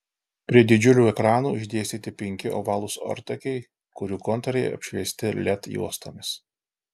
prie didžiulių ekranų išdėstyti penki ovalūs ortakiai kurių kontūrai apšviesti led juostomis